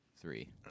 three